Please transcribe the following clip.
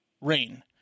rain